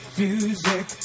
music